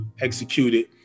executed